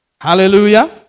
Hallelujah